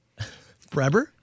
Breber